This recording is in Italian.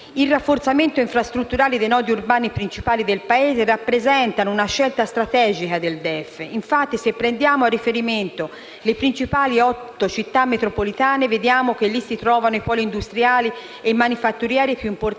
Il rafforzamento infrastrutturale dei nodi urbani principali del Paese rappresenta una scelta strategica del DEF. Infatti, se prendiamo a riferimento le principali 8 città metropolitane vediamo che lì si trovano i poli industriali e manifatturieri più importanti